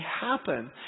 happen